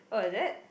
oh is it